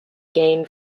gained